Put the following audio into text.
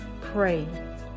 Pray